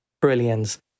brilliance